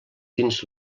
dins